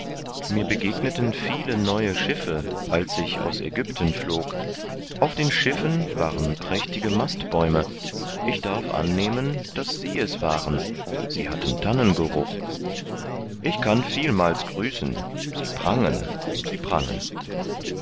mir begegneten viele neue schiffe als ich aus ägypten flog auf den schiffen waren prächtige mastbäume ich darf annehmen daß sie es waren sie hatten tannengeruch ich kann vielmals grüßen sie prangen sie prangen